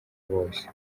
bose